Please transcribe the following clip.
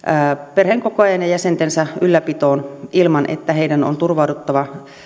perheenkokoajan ja ja hänen perheenjäsentensä ylläpitoon ilman että heidän on turvauduttava